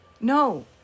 No